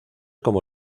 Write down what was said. como